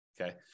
Okay